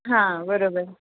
हां बरोबर